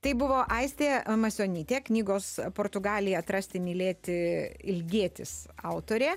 tai buvo aistė masionytė knygos portugalija atrasti mylėti ilgėtis autorė